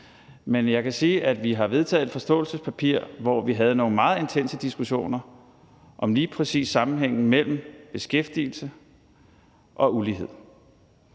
Men jeg kan sige, at vi har vedtaget et forståelsespapir, og vi havde nogle meget intense diskussioner om lige præcis sammenhængen mellem beskæftigelse og ulighed.